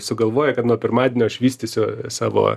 sugalvoja kad nuo pirmadienio aš vystysiu savo